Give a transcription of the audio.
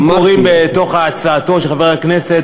אם קוראים בתוך הצעתו של חבר הכנסת,